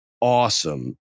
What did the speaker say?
awesome